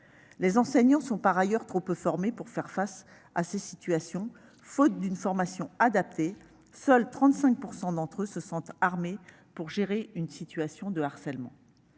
Les enseignants sont par ailleurs trop peu formés pour faire face à ces situations. Faute d'une formation adaptée, seuls 35 % d'entre eux se sentent armés pour gérer une situation de harcèlement.